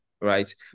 right